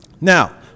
Now